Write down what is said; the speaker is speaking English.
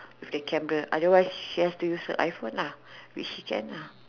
with the camera otherwise she has to use her I phone lah which she can lah